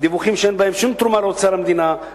דיווחים שאין בהם שום תרומה לאוצר המדינה,